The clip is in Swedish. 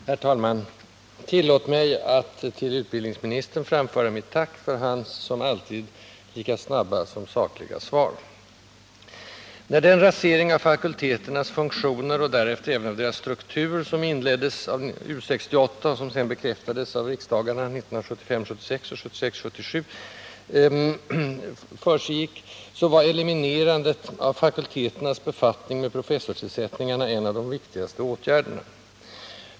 Herr talman! Tillåt mig att till utbildningsministern framföra mitt tack för hans — som alltid — lika snabba som sakliga svar. Vid den rasering av fakulteternas funktioner, och därefter även av deras struktur, som inleddes av U 68 och som sedan bekräftades av 1975 77 års riksdagar, var eliminerandet av fakulteternas befattning med professorstillsättningarna en av de viktigaste åtgärderna.